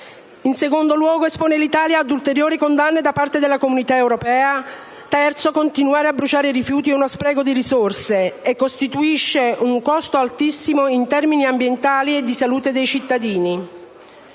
In secondo luogo, essa espone l'Italia ad ulteriori condanne da parte della comunità europea. In terzo luogo, continuare a bruciare rifiuti è uno spreco di risorse e costituisce un costo altissimo in termini ambientali e di salute dei cittadini.